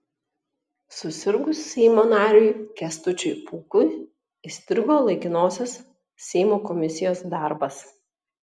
susirgus seimo nariui kęstučiui pūkui įstrigo laikinosios seimo komisijos darbas